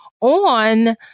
on